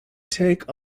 take